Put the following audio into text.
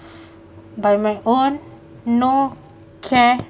by my own no care